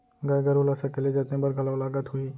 गाय गरू ल सकेले जतने बर घलौ लागत होही?